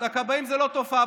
הכבאים זה לא תופעה,